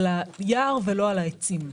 על היער ולא על העצים.